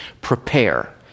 Prepare